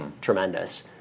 tremendous